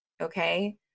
okay